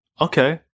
Okay